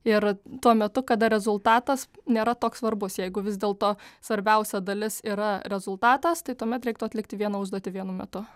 ir tuo metu kada rezultatas nėra toks svarbus jeigu vis dėlto svarbiausia dalis yra rezultatas tai tuomet reiktų atlikti vieną užduotį vienu metu